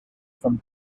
from